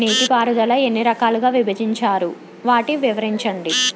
నీటిపారుదల ఎన్ని రకాలుగా విభజించారు? వాటి వివరించండి?